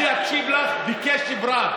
אני אקשיב לך בקשב רב.